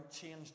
changed